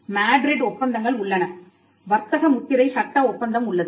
Madrid ஒப்பந்தங்கள் உள்ளன வர்த்தக முத்திரை சட்ட ஒப்பந்தம் உள்ளது